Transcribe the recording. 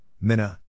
Minna